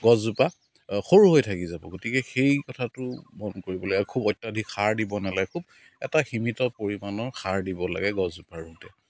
গছজোপা সৰু হৈ থাকি যাব গতিকে সেই কথাটো মন কৰিব লাগে আৰু খুব অত্যাধিক সাৰ দিব নেলাগে খুব এটা সীমিত পৰিমাণৰ সাৰ দিব লাগে গছজোপা ৰুওঁতে